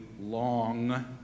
long